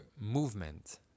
movement